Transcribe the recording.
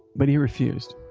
but he refused.